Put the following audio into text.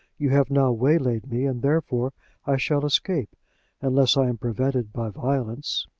you have now waylaid me, and therefore i shall escape unless i am prevented by violence.